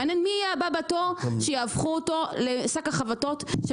מעניין מי יהיה הבא בתור שיהפכו אותו לשק החבטות של